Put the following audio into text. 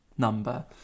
number